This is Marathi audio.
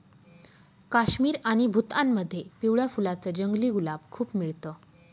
काश्मीर आणि भूतानमध्ये पिवळ्या फुलांच जंगली गुलाब खूप मिळत